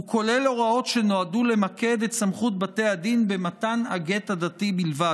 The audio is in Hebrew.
הוא כולל הוראות שנועדו למקד את סמכות בתי הדין במתן הגט הדתי בלבד,